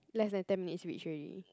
less than ten minutes reach already